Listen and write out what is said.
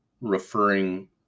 referring